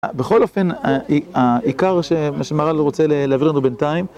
בכל אופן, העיקר שמהר"ל רוצה להעביר לנו בינתיים